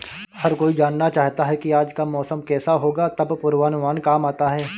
हर कोई जानना चाहता है की आज का मौसम केसा होगा तब पूर्वानुमान काम आता है